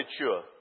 mature